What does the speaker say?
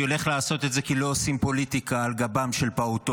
אני הולך לעשות את זה כי לא עושים פוליטיקה על גבם של פעוטות.